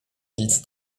dils